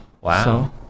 wow